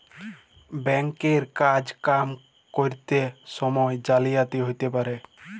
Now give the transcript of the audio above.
bank এর কাজ কাম ক্যরত সময়ে জালিয়াতি হ্যতে পারে